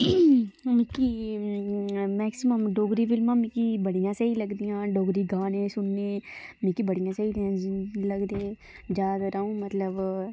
maximum Dogri फिल्मां मिकी बड़ियां स्हेई लगदियां डोगरी गाने सुनने मिकी बड़े स्हेई लगदे ज्यादातर अ'ऊं मतलब